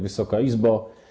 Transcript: Wysoka Izbo!